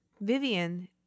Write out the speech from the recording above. Vivian